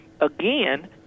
again